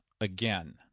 again